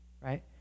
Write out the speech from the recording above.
right